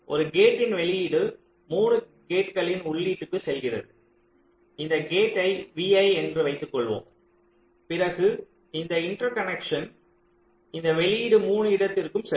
ஒரு கேட்டின் வெளியீடு 3 கேட்களின் உள்ளீட்டிற்குச் செல்கிறது இந்த கேட்டை vi என்று வைத்துக்கொள்வோம் பிறகு இந்த இன்டர்கனெக்ஷன் இந்த வெளியீடு 3 இடத்திற்கு செல்லும்